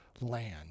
land